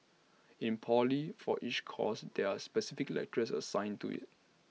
in poly for each course there are specific lecturers assigned to IT